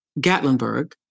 Gatlinburg